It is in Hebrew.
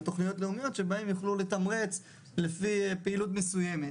תוכניות לאומיות שבהן יוכלו לתמרץ לפי פעילות מסוימת,